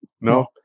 no